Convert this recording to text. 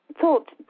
thought